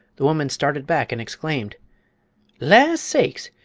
the woman started back and exclaimed la sakes!